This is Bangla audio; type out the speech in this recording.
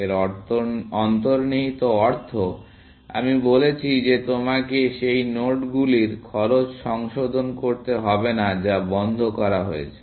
এর অন্তর্নিহিত অর্থ আমি বলেছি যে তোমাকে সেই নোডগুলির খরচ সংশোধন করতে হবে না যা বন্ধ করা হয়েছে